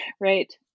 Right